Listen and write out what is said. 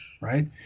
right